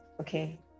Okay